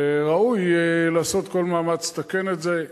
וראוי לעשות כל מאמץ לתקן את זה.